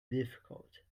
difficult